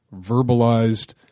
verbalized